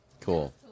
Cool